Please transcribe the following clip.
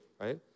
Right